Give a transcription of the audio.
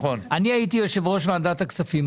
אני הייתי יושב-ראש ועדת הכספים.